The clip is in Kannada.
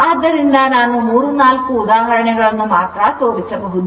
ಆದ್ದರಿಂದ ನಾನು 3 4 ಉದಾಹರಣೆಗಳನ್ನು ಮಾತ್ರ ತೋರಿಸಬಹುದು